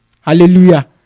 Hallelujah